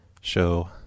show